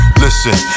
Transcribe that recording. listen